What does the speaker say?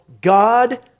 God